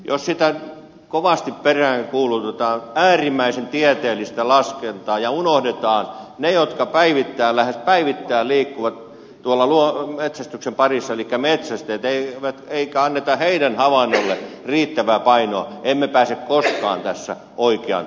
jos kovasti peräänkuulutetaan äärimmäisen tieteellistä laskentaa ja unohdetaan ne jotka lähes päivittäin liikkuvat tuolla metsästyksen parissa elikkä metsästäjät eikä anneta heidän havainnoilleen riittävää painoa niin emme pääse koskaan tässä oikeaan tulokseen